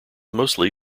mostly